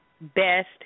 best